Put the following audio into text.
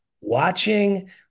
watching